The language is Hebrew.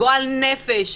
גועל נפש,